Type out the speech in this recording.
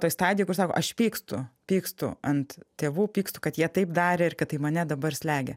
toj stadijoj kur sako aš pykstu pykstu ant tėvų pykstu kad jie taip darė ir kad tai mane dabar slegia